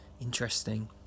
interesting